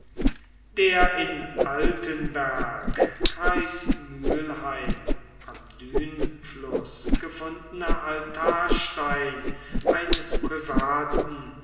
der in altenberg kreis mülheim am dhünfluß gefundene altarstein eines privaten